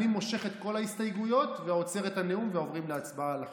אני מושך את כל ההסתייגויות ועוצר את הנאום ועוברים להצבעה על החוק.